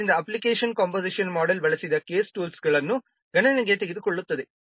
ಆದ್ದರಿಂದ application composition model ಬಳಸಿದ case ಟೂಲ್ಸ್ಗಳನ್ನು ಗಣನೆಗೆ ತೆಗೆದುಕೊಳ್ಳುತ್ತದೆ